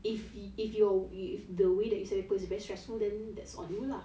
if you if you if the way that you set paper is very stressful then that's on you lah